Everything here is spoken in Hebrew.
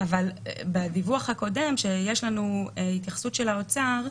בדיווח הקודם ויש לנו התייחסות של האוצר,